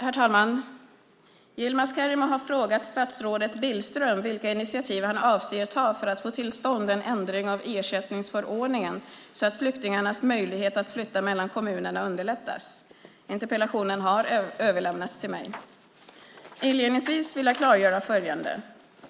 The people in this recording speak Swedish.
Herr talman! Yilmaz Kerimo har frågat statsrådet Billström vilka initiativ han avser att ta för att få till stånd en ändring av ersättningsförordningen så att flyktingarnas möjlighet att flytta mellan kommunerna underlättas. Interpellationen har överlämnats till mig. Inledningsvis vill jag klargöra följande.